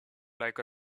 like